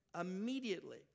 immediately